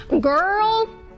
girl